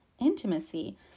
intimacy